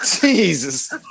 Jesus